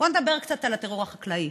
בואו נדבר קצת על הטרור החקלאי,